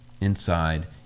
inside